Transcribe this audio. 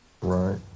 Right